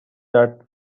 that